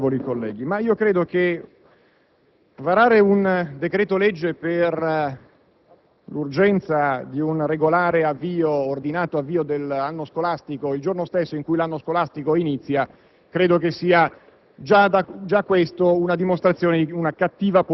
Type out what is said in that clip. Signor Presidente, onorevole Sottosegretario, onorevoli colleghi, varare un decreto‑legge per l'urgenza di un regolare e ordinato avvio dell'anno scolastico il giorno stesso in cui l'anno scolastico inizia credo sia